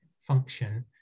function